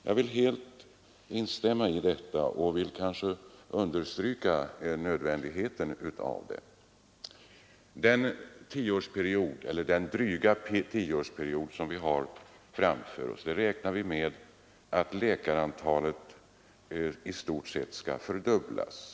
Jag instämmer i att underskottet är bekymmersamt och vill understryka nödvändigheten av att man vidtar speciella åtgärder. Under något mer än tio år kan vi räkna med att antalet läkare i stort sett kommer att fördubblas.